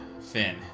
Finn